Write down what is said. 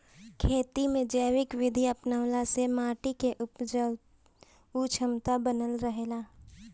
खेती में जैविक विधि अपनवला से माटी के उपजाऊ क्षमता बनल रहेला